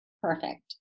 perfect